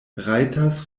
rajtas